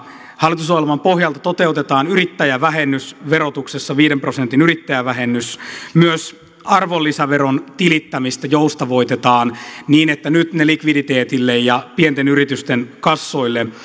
hallitusohjelman pohjalta toteutetaan yrittäjävähennys verotuksessa viiden prosentin yrittäjävähennys myös arvonlisäveron tilittämistä joustavoitetaan niin että nyt ne likviditeetille ja pienten yritysten kassoille